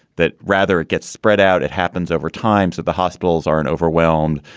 that rather it gets spread out. it happens over times that the hospitals aren't overwhelmed.